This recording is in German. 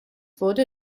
wurde